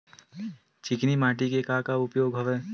चिकनी माटी के का का उपयोग हवय?